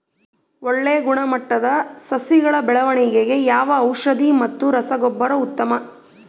ಒಳ್ಳೆ ಗುಣಮಟ್ಟದ ಸಸಿಗಳ ಬೆಳವಣೆಗೆಗೆ ಯಾವ ಔಷಧಿ ಮತ್ತು ರಸಗೊಬ್ಬರ ಉತ್ತಮ?